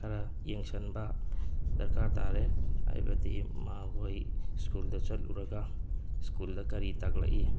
ꯈꯔ ꯌꯦꯡꯁꯤꯟꯕ ꯗꯔꯀꯥꯔ ꯇꯥꯔꯦ ꯍꯥꯏꯕꯗꯤ ꯃꯥꯈꯣꯏ ꯁ꯭ꯀꯨꯜꯗ ꯆꯠꯂꯨꯔꯒ ꯁ꯭ꯀꯨꯜꯗ ꯀꯔꯤ ꯇꯥꯛꯂꯛꯏ